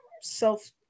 self